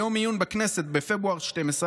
ביום עיון בכנסת בפברואר 2012,